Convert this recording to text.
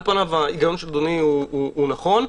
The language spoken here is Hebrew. על פניו ההיגיון של אדוני הוא נכון.